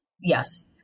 Yes